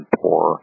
poor